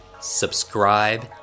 subscribe